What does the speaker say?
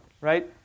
right